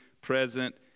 present